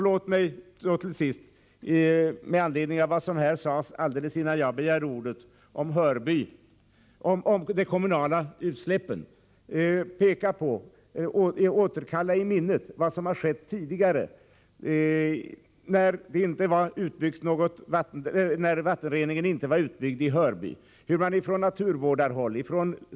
Låt mig till sist, med anledning av vad som alldeles innan jag begärde ordet sades om de kommunala utsläppen i Hörby, återkalla i minnet det som har skett tidigare när vattenreningen inte var utbyggd i Hörby.